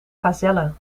gazelle